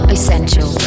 Essential